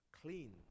clean